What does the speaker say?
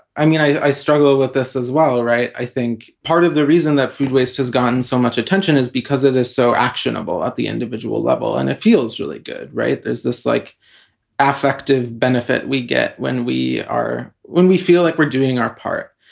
i mean, i struggle with this as well. right. i think part of the reason that food waste has gotten so much attention is because it is so actionable at the individual level. and it feels really good. right. is this like affective benefit we get when we are when we feel like we're doing our part?